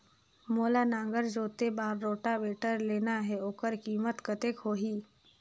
मोला नागर जोते बार रोटावेटर लेना हे ओकर कीमत कतेक होही?